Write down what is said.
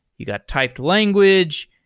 you got typed language.